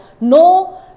no